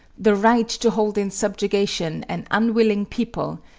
the right to hold in subjugation an unwilling people,